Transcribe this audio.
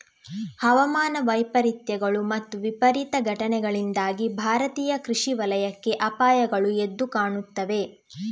ಹವಾಮಾನ ವೈಪರೀತ್ಯಗಳು ಮತ್ತು ವಿಪರೀತ ಘಟನೆಗಳಿಂದಾಗಿ ಭಾರತೀಯ ಕೃಷಿ ವಲಯಕ್ಕೆ ಅಪಾಯಗಳು ಎದ್ದು ಕಾಣುತ್ತವೆ